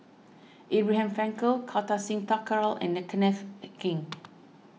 Abraham Frankel Kartar Singh Thakral and Kenneth Keng